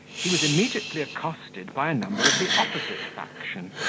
he was immediately accosted by a number of the opposite faction,